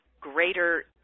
greater